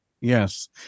Yes